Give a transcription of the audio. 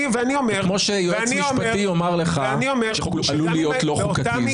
כמו שיועץ משפטי יכול לומר לך שחוק עלול להיות לא חוקתי.